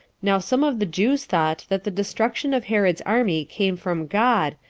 now some of the jews thought that the destruction of herod's army came from god,